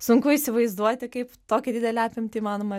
sunku įsivaizduoti kaip tokią didelę apimtį įmanoma